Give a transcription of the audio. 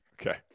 Okay